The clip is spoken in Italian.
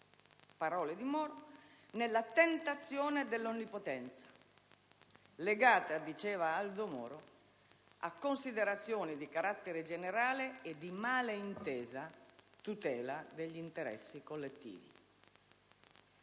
parole di Moro - nella tentazione dell'onnipotenza, legata - diceva ancora Aldo Moro - a considerazioni di carattere generale e di mala intesa tutela degli interessi collettivi.